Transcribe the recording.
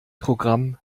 programm